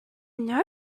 know